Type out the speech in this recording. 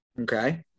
okay